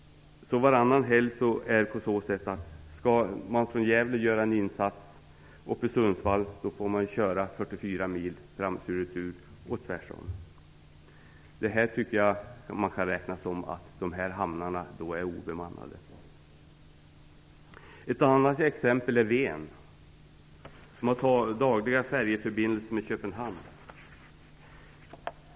Varannan helg måste man alltså köra 44 mil tur och retur om man från Gävle skall göra en insats uppe i Sundsvall eller tvärsom. Jag tycker att man kan räkna detta som att de här hamnarna är obemannade vid dessa tillfällen. Ett annat exempel är Ven, som har dagliga färjeförbindelser med Köpenhamn.